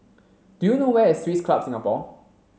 do you know where is Swiss Club Singapore